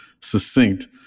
succinct